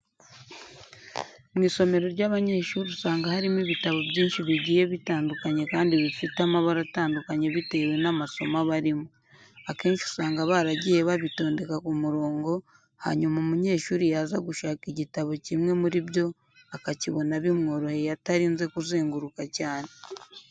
Mu isomero ry'abanyeshuri usanga harimo ibitabo byinshi bigiye bitandukanye kandi bifite amabara atandukanye bitewe n'amasomo aba arimo. Akenshi usanga baragiye babitondeka ku murongo hanyuma umunyeshuri yaza gushaka igitabo kimwe muri byo akakibona bimworoheye atarinze kuzenguruka cyane.